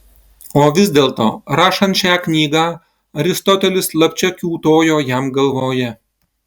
o vis dėlto rašant šią knygą aristotelis slapčia kiūtojo jam galvoje